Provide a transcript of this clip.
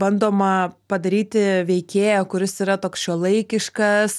bandoma padaryti veikėją kuris yra toks šiuolaikiškas